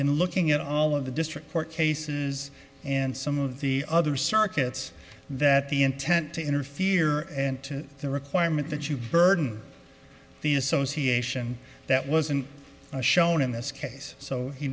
in looking at all of the district court cases and some of the other circuits that the intent to interfere and to the requirement that you burden the association that wasn't shown in this case so